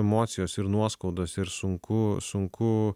emocijos ir nuoskaudos ir sunku sunku